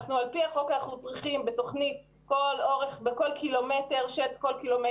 על פי החוק אנחנו צריכים בכל קילומטר אבל אנחנו